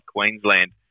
Queensland